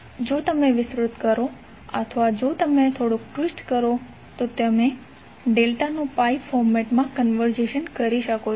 જો તમે વિસ્તૃત કરો અથવા જો તમે થોડુંક ટ્વિસ્ટ કરો તો તમે ડેલ્ટાનુ પાઇ ફોર્મેટ માં કન્વર્ઝેશન કરી શકો છો